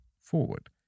forward